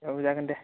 औ जागोन दे